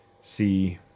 see